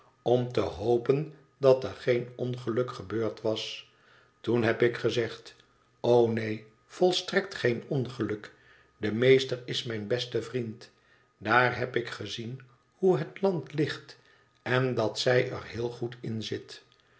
om te hopen dat er geen ongeluk gebeurd was toen heb ik gezegd neen volstrekt geen ongeluk de meester is mijn beste vriend daar heb ik gezien hoe het land ligt en dat zij er heel goed in zit